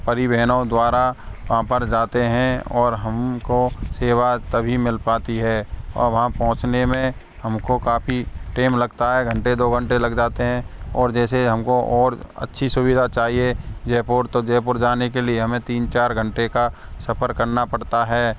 परिवहनों द्वारा वहाँ पर जाते हैं और हम को सेवा तभी मिल पाती है और वहाँ पहुंचने में हम को काफ़ी टेम लगता है घंटे दो घंटे लग जाते हैं और जैसे हम को और अच्छी सुविधा चाहिए जयपुर तो जयपुर जाने के लिए हमें तीन चार घंटे का सफ़र करना पड़ता है